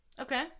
Okay